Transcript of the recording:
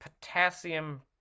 potassium